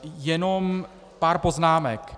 Jenom pár poznámek.